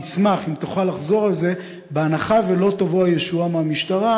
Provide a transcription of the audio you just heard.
אני שמח אם תוכל לחזור על זה: בהנחה שלא תבוא הישועה מהמשטרה,